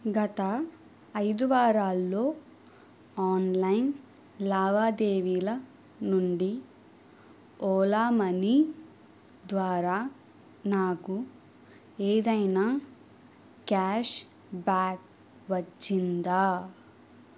గత ఐదు వారాల్లో ఆన్లైన్ లావాదేవీల నుండి ఓలా మనీ ద్వారా నాకు ఏదైనా క్యాష్ బ్యాక్ వచ్చిందా